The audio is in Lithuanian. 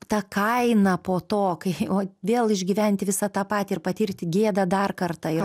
ta kaina po to kai o vėl išgyventi visą tą patį ir patirti gėdą dar kartą